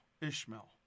Ishmael